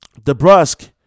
DeBrusque